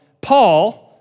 Paul